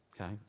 okay